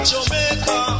Jamaica